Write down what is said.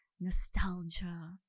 nostalgia